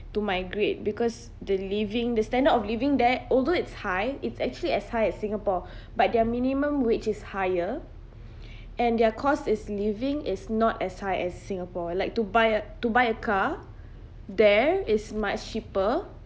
to migrate because the living the standard of living there although it's high it's actually as high as singapore but their minimum wage is higher and their cost is living is not as high as singapore like to buy to buy a car there is much cheaper